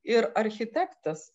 ir architektas